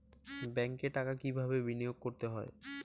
ব্যাংকে টাকা কিভাবে বিনোয়োগ করতে হয়?